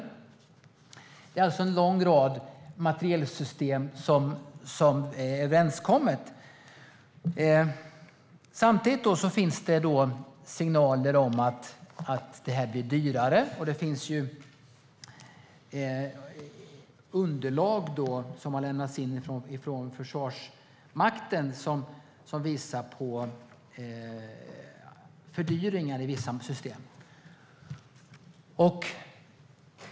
Det har alltså överenskommits att en lång rad materielsystem ska anskaffas. Samtidigt finns det signaler om att detta kommer att bli dyrare, då det har lämnats in underlag från Försvarsmakten som visar på fördyringar i vissa system.